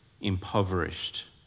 impoverished